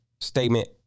statement